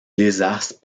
désastre